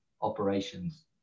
operations